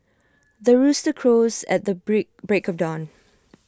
the rooster crows at the break break of dawn